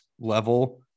level